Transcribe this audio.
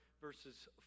verses